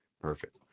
Perfect